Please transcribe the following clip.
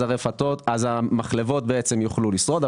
אז המחלבות בעצם יוכלו לשרוד.